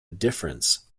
difference